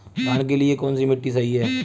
धान के लिए कौन सी मिट्टी सही है?